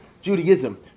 Judaism